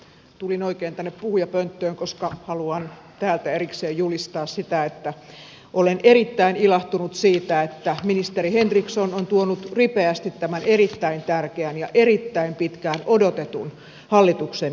tulin oikein tänne puhujapönttöön koska haluan täältä erikseen julistaa sitä että olen erittäin ilahtunut siitä että ministeri henriksson on tuonut ripeästi tämän erittäin tärkeän ja erittäin pitkään odotetun hallituksen esityksen